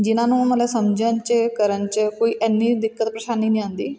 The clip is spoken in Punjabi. ਜਿਨ੍ਹਾਂ ਨੂੰ ਮਤਲਬ ਸਮਝਣ 'ਚ ਕਰਨ 'ਚ ਕੋਈ ਇੰਨੀ ਦਿੱਕਤ ਪਰੇਸ਼ਾਨੀ ਨਹੀਂ ਆਉਂਦੀ